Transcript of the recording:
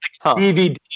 DVD